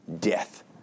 death